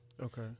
Okay